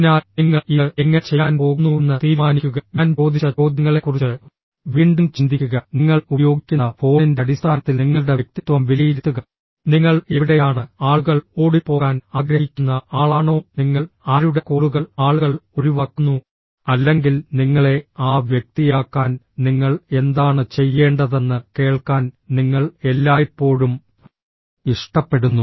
അതിനാൽ നിങ്ങൾ ഇത് എങ്ങനെ ചെയ്യാൻ പോകുന്നുവെന്ന് തീരുമാനിക്കുക ഞാൻ ചോദിച്ച ചോദ്യങ്ങളെക്കുറിച്ച് വീണ്ടും ചിന്തിക്കുക നിങ്ങൾ ഉപയോഗിക്കുന്ന ഫോണിന്റെ അടിസ്ഥാനത്തിൽ നിങ്ങളുടെ വ്യക്തിത്വം വിലയിരുത്തുക നിങ്ങൾ എവിടെയാണ് ആളുകൾ ഓടിപ്പോകാൻ ആഗ്രഹിക്കുന്ന ആളാണോ നിങ്ങൾ ആരുടെ കോളുകൾ ആളുകൾ ഒഴിവാക്കുന്നു അല്ലെങ്കിൽ നിങ്ങളെ ആ വ്യക്തിയാക്കാൻ നിങ്ങൾ എന്താണ് ചെയ്യേണ്ടതെന്ന് കേൾക്കാൻ നിങ്ങൾ എല്ലായ്പ്പോഴും ഇഷ്ടപ്പെടുന്നു